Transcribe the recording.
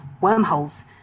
wormholes